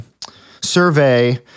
survey